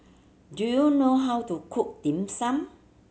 do you know how to cook Dim Sum